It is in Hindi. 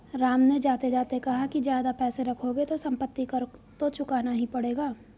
राम ने जाते जाते कहा कि ज्यादा पैसे रखोगे तो सम्पत्ति कर तो चुकाना ही पड़ेगा